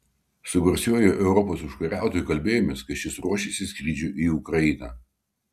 su garsiuoju europos užkariautoju kalbėjomės kai šis ruošėsi skrydžiui į ukrainą